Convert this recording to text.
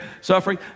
suffering